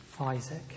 Isaac